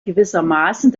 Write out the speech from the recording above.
gewissermaßen